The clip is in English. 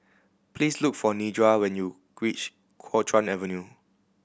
please look for Nedra when you reach Kuo Chuan Avenue